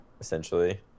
essentially